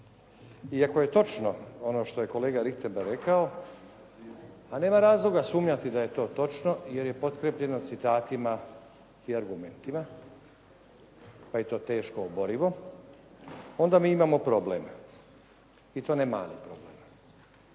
I ako je točno ono što je kolega Richembergh rekao, a nema razloga sumnjati da je to točno jer je potkrijepljeno citatima i argumentima pa je to teško oborivo, onda mi imamo problem i to ne mali problem.